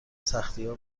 سختیها